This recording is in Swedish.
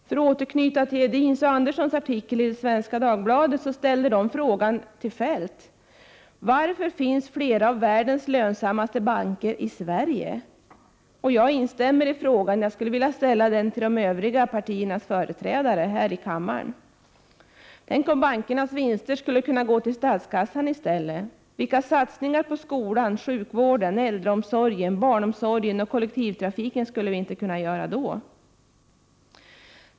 För att återknyta till Edins och Anderssons artikel i SvD, ställer de frågan till Kjell-Olof Feldt: ”Varför finns flera av världens lönsammaste banker just i Sverige?” Jag instämmer i frågan och skulle vilja ställa den till övriga partiers företrädare här i kammaren. Tänk om bankernas vinster skulle gå till statskassan i stället — vilka satsningar på skolan, sjukvården, äldreomsorgen, barnomsorgen och kollektivtrafiken skulle vi inte kunna göra då!